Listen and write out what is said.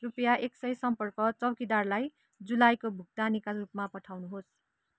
रुपियाँ एक सय सम्पर्क चौकीदारलाई जुलाईको भुक्तानीका रूपमा पठाउनुहोस्